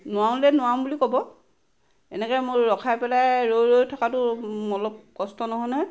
নোৱাৰো যদি নোৱাৰো বুলি ক'ব এনেকৈ মোক ৰখাই পেলাই ৰৈ ৰৈ থকাটো মোৰ অলপ কষ্ট নহয় নহয়